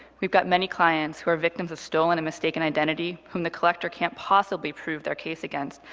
we've got many clients who are victims of stolen and mistaken identity, whom the collector can't possibly prove their case against,